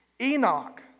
Enoch